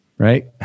right